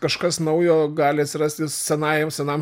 kažkas naujo gali atsirasti senajam senam